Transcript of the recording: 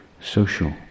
social